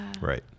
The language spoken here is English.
Right